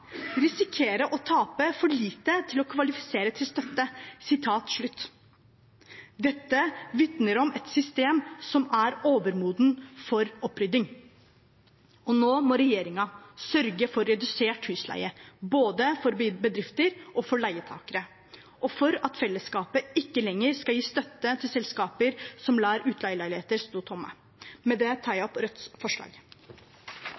å tape for lite til å kvalifisere til støtte». Dette vitner om et system som er overmodent for opprydding. Nå må regjeringen sørge for redusert husleie, både for bedrifter og for leietakere, og for at fellesskapet ikke lenger skal gi støtte til selskaper som lar utleieleiligheter stå tomme. Med det tar jeg